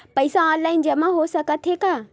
पईसा ऑनलाइन जमा हो साकत हे का?